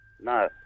No